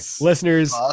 listeners